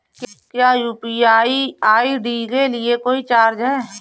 क्या UPI ID के लिए कोई चार्ज है?